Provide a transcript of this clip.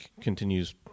continues